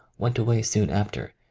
went away soon after,